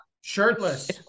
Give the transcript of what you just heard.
Shirtless